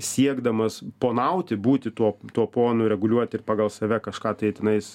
siekdamas ponauti būti tuo tuo ponu reguliuoti ir pagal save kažką tai tenais